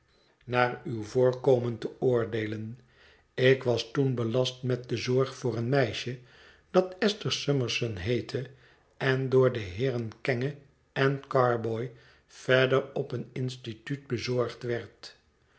naar uw voorkomen te oordeelen jk was toen belast met de zorg voor een meisje dat esther summerson heette en door de heeren kenge en carboy verder op een instituut bezorgd werd